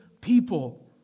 people